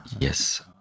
Yes